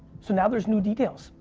so now there's new details.